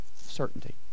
Certainty